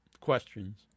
questions